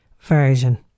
version